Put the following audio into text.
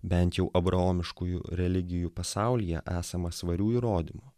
bent jau abraomiškųjų religijų pasaulyje esama svarių įrodymų